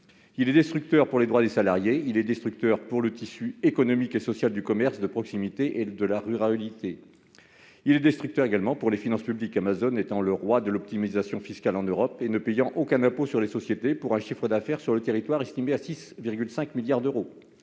Il est destructeur pour les droits des salariés, ainsi que pour le tissu économique et social du commerce de proximité et de la ruralité. Il est également destructeur pour les finances publiques, Amazon étant le roi de l'optimisation fiscale en Europe. Ce groupe ne paie ainsi aucun impôt sur les sociétés, pour un chiffre d'affaires pourtant estimé à 6,5 milliards d'euros